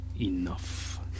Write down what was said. enough